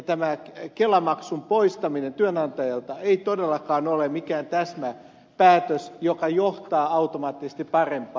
tämä kelamaksun poistaminen työnantajalta ei todellakaan ole mikään täsmäpäätös joka johtaa automaattisesti parempaan